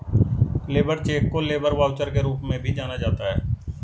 labour cheque को labour voucher के रूप में भी जाना जाता है